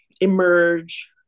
emerge